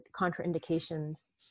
contraindications